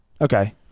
Okay